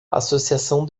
associação